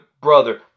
brother